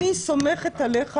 אני סומכת עליך